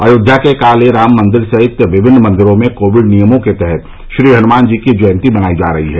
अयोध्या के कालेराम मंदिर सहित विभिन्न मंदिरों में कोविड नियमों के तहत श्रीहनुमान जी की जयंती मनाई जा रही है